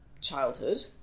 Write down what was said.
childhood